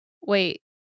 wait